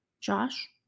Josh